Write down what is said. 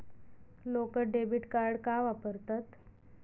लोक debit card का वापरतात?